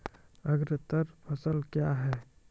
अग्रतर फसल क्या हैं?